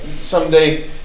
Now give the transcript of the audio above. someday